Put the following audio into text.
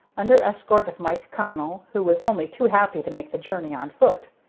under escort of mike connell, who was only too happy to make the journey on foot.